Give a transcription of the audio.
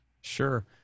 sure